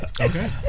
Okay